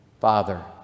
Father